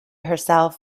herself